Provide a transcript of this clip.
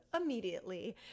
immediately